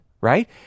right